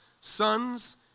sons